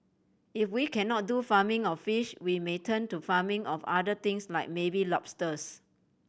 if we cannot do farming of fish we may turn to farming of other things like maybe lobsters